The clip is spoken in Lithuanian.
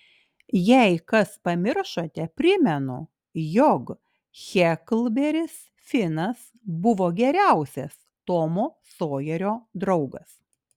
jei kas pamiršote primenu jog heklberis finas buvo geriausias tomo sojerio draugas